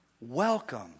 Welcome